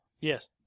Yes